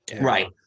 Right